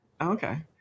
Okay